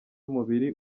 umubiri